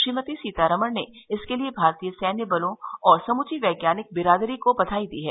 श्रीमती सीतारमन ने इसके लिए भारतीय सैन्य बलों और समूची वैज्ञानिक बिरादरी को बधाई दी है